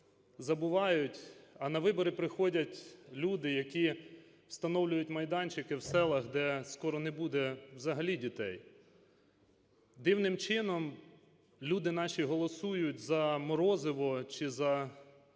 забувають, а на вибори приходять люди, які встановлюють майданчики в селах, де скоро не буде взагалі дітей. Дивним чином люди наші голосують за морозиво чи за